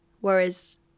Whereas